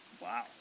wow